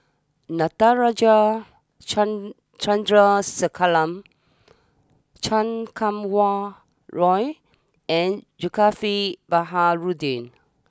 Natarajan Chan Chandrasekaran Chan Kum Wah Roy and Zulkifli Baharudin